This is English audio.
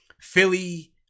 Philly